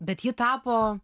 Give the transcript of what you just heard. bet ji tapo